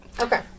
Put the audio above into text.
Okay